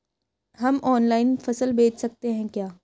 हम ऑनलाइन फसल बेच सकते हैं क्या?